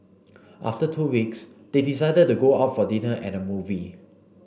after two weeks they decided to go out for dinner and movie